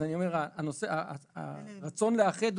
הרצון לאחד,